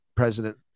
President